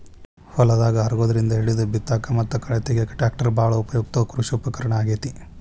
ಹೊಲದಾಗ ಹರಗೋದ್ರಿಂದ ಹಿಡಿದು ಬಿತ್ತಾಕ ಮತ್ತ ಕಳೆ ತಗ್ಯಾಕ ಟ್ರ್ಯಾಕ್ಟರ್ ಬಾಳ ಉಪಯುಕ್ತ ಕೃಷಿ ಉಪಕರಣ ಆಗೇತಿ